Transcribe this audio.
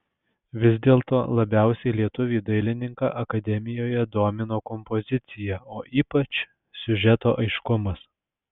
vis dėlto labiausiai lietuvį dailininką akademijoje domino kompozicija o ypač siužeto aiškumas